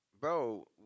Bro